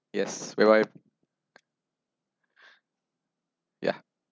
yes whereby yeah